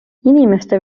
inimeste